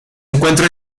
encuentra